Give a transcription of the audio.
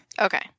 Okay